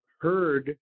heard